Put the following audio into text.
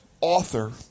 author